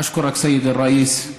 אשכורכ, סייד א-ראיס.